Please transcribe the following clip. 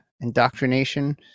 indoctrination